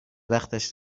وقتش